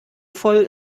voll